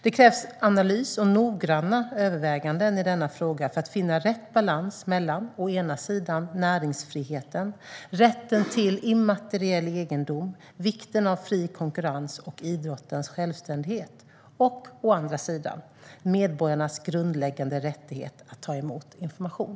Det krävs analys och noggranna överväganden i denna fråga för att finna rätt balans mellan å ena sidan näringsfriheten, rätten till immateriell egendom, vikten av fri konkurrens och idrottens självständighet och å andra sidan medborgarnas grundläggande rättighet att ta emot information.